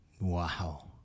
Wow